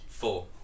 Four